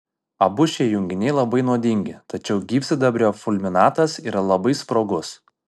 abu šie junginiai labai nuodingi tačiau gyvsidabrio fulminatas yra labai sprogus